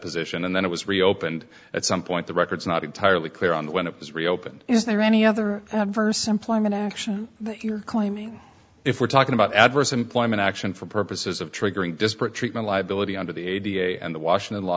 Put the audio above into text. position and then it was reopened at some point the records not entirely clear on when it was reopened is there any other adverse employment action you're claiming if we're talking about adverse employment action for purposes of triggering disparate treatment liability under the a d a s and the washington law